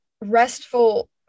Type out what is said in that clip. restful